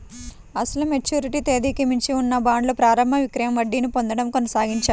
అసలు మెచ్యూరిటీ తేదీకి మించి ఉన్న బాండ్లు ప్రారంభ విక్రయం వడ్డీని పొందడం కొనసాగించాయి